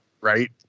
right